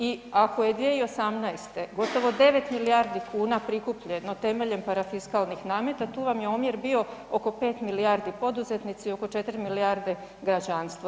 I ako je 2018. gotovo 9 milijardi kuna prikupljeno temeljem parafiskalnih nameta tu vam je omjer bio oko 5 milijardi poduzetnici, oko 4 milijarde građanstvo.